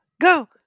go